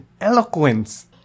eloquence